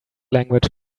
language